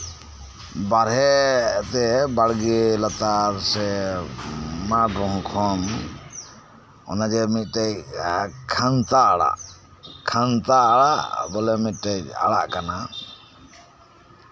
ᱵᱟᱦᱨᱮ ᱛᱮ ᱵᱟᱲᱜᱮ ᱞᱟᱛᱟᱨ ᱥᱮ ᱢᱟᱴᱷ ᱠᱚ ᱠᱷᱚᱱ ᱚᱱᱮ ᱡᱮ ᱢᱤᱫᱴᱮᱡ ᱠᱷᱟᱱᱛᱟ ᱟᱲᱟᱜ ᱠᱷᱟᱱᱛᱟ ᱟᱲᱟᱜ ᱵᱚᱞᱮ ᱢᱤᱫᱴᱮᱡ ᱟᱲᱟᱜ ᱠᱟᱱᱟ